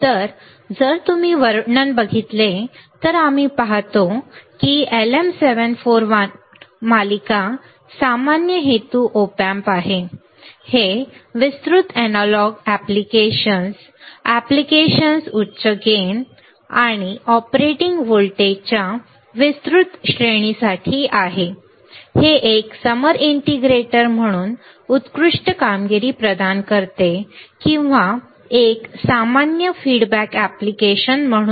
आता जर तुम्ही वर्णन बघितले तर आम्ही पाहतो की LM 741 मालिका सामान्य हेतू op amp आहे हे विस्तृत अॅनालॉग अॅप्लिकेशन्स अॅप्लिकेशन्स उच्च गेन लाभ आणि ऑपरेटिंग व्होल्टेजच्या विस्तृत श्रेणीसाठी आहे हे एक समर इंटिग्रेटर म्हणून उत्कृष्ट कामगिरी प्रदान करते किंवा एक सामान्य फीडबॅक एप्लीकेशन म्हणून